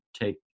take